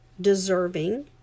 deserving